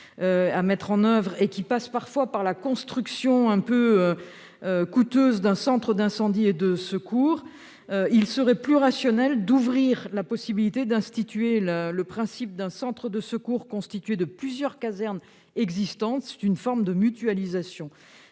à mettre en oeuvre et qui passe parfois par la construction coûteuse d'un centre d'incendie et de secours, il serait plus rationnel d'ouvrir la possibilité d'instituer le principe d'un centre de secours constitué de plusieurs casernes existantes. C'est une forme de mutualisation.